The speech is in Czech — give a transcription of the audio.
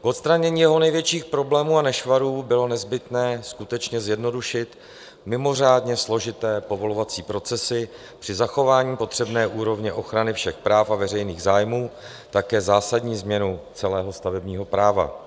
K odstranění jeho největších problémů a nešvarů bylo nezbytné skutečně zjednodušit mimořádně složité povolovací procesy při zachování potřebné úrovně ochrany všech práv a veřejných zájmů také zásadní změnou celého stavebního práva.